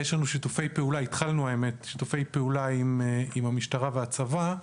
התחלנו שיתופי פעולה עם המשטרה והצבא,